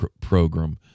program